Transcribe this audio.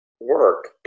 work